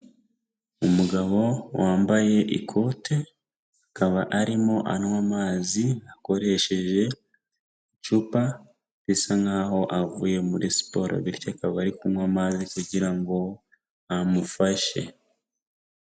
Umugabo wambaye ikote, akaba arimo anywa amazi akoresheje icupa bisa nkaho avuye muri siporo, bityo akaba ari kunywa amazi kugira ngo amufashe.